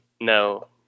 no